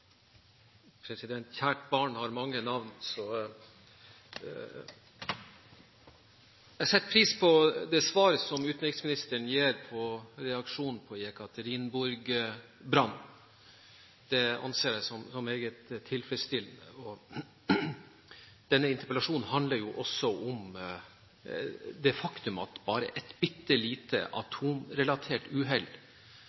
Kjært barn har mange navn. Jeg setter pris på det svaret som utenriksministeren gir på reaksjonen på «Jekaterinburg»-brannen. Det anser jeg som meget tilfredsstillende. Denne interpellasjonen handler jo også om det faktum at bare et bitte lite